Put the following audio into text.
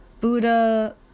Buddha